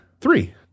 Three